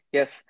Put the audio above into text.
Yes